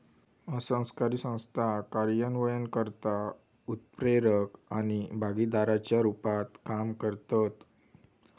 असरकारी संस्था कार्यान्वयनकर्ता, उत्प्रेरक आणि भागीदाराच्या रुपात काम करतत